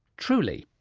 truly!